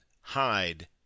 hide